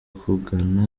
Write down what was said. kugana